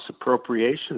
Appropriations